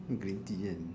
green tea in